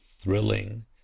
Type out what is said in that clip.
Thrilling